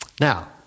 Now